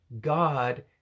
God